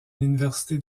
l’université